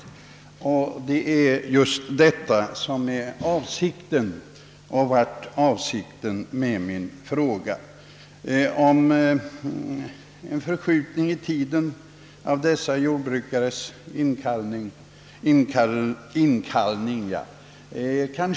Min avsikt när jag ställde frågan var just att få ett besked, om sådana här jordbrukares inkallelser kan skjutas framåt i tiden.